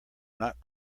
not